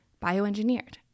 bioengineered